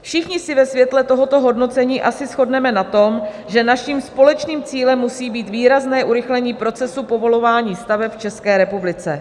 Všichni se ve světle tohoto hodnocení asi shodneme na tom, že naším společným cílem musí být výrazné urychlení procesu povolování staveb v České republice.